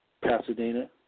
Pasadena